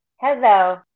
Hello